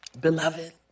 beloved